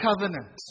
covenant